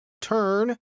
turn